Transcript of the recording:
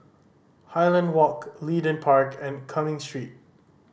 Highland Walk Leedon Park and Cumming Street